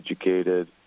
educated